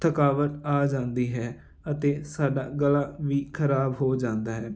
ਥਕਾਵਟ ਆ ਜਾਂਦੀ ਹੈ ਅਤੇ ਸਾਡਾ ਗਲਾ ਵੀ ਖਰਾਬ ਹੋ ਜਾਂਦਾ ਹੈ